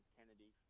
Kennedy